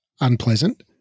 unpleasant